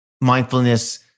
mindfulness